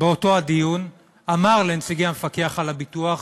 באותו הדיון אמרו לנציגי המפקח על הביטוח: